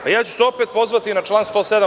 Ja ću se opet pozvati na član 107.